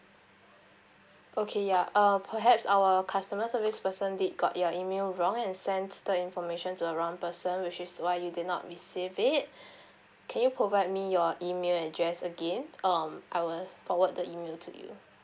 okay ya uh perhaps our customer service person did got your email wrong and sends the information to the wrong person which is why you did not receive it can you provide me your email address again um I will forward the email to you